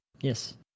Yes